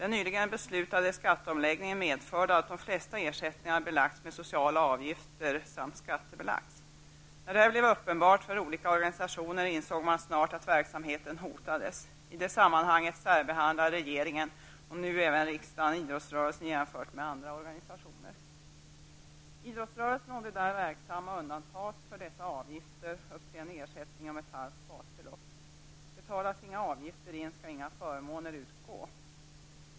Den nyligen beslutade skatteomläggningen har medfört att de flesta ersättningar belagts med sociala avgifter samt att de skattebelagts. När detta blev uppenbart för olika organisationer insåg man snart att verksamheten hotades. I det sammanhanget särbehandlar regeringen, och nu även riksdagen, idrottsrörelsen jämfört med andra organisationer. Idrottsrörelsen och de där verksamma undantas från dessa avgifter upp till en ersättning av ett halvt basbelopp. Betalas inga avgifter in skall inga förmåner utgå.